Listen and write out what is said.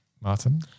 Martin